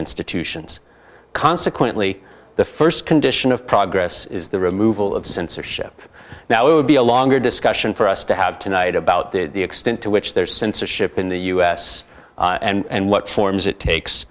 institutions consequently the st condition of progress is the removal of censorship now it would be a longer discussion for us to have tonight about the extent to which there is censorship in the us and what forms it takes